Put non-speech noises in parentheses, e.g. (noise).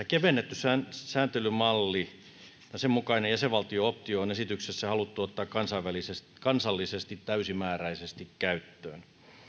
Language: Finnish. (unintelligible) kevennetty sääntelymalli ja sen mukainen jäsenvaltio optio on esityksessä haluttu ottaa kansallisesti täysimääräisesti käyttöön